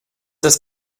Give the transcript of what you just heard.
das